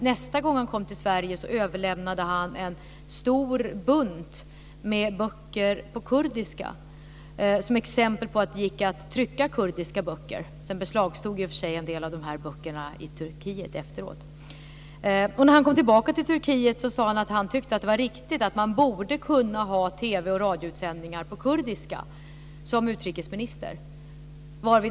Nästa gång han kom till Sverige överlämnade han en stor bunt böcker på kurdiska som exempel på att det gick att trycka kurdiska böcker. Sedan beslagtogs i och för sig en del av de böckerna i Turkiet. När han kom tillbaka till Turkiet sade han att han tyckte att det var riktigt att man borde kunna ha TV och radioutsändningar på kurdiska - som utrikesminister.